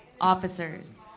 officers